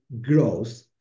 growth